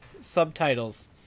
subtitles